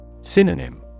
Synonym